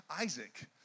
Isaac